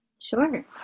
Sure